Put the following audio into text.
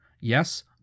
Yes